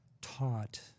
taught